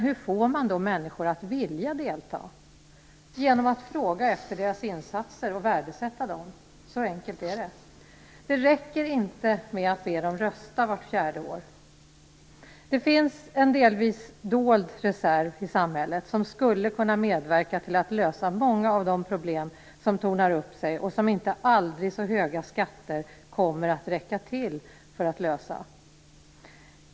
Hur får man då människor att vilja delta? Genom att fråga efter deras insatser och värdesätta dem. Så enkelt är det. Det räcker inte med att be dem rösta vart fjärde år. Det finns en delvis dold reserv i samhället som skulle kunna medverka till att lösa många av de problem som tornar upp sig och som inte aldrig så höga skatter kommer att räcka till för att lösa.